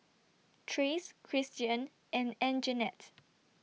Trace Cristian and Anjanette